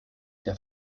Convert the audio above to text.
der